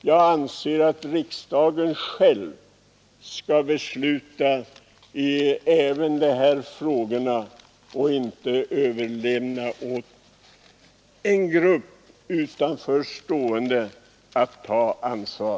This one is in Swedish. Jag anser att riksdagen själv skall besluta även i denna fråga och inte överlämna åt en grupp utanför stående att ta ansvar.